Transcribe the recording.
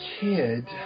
kid